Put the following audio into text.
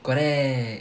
correct